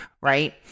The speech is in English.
right